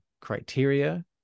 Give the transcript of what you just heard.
criteria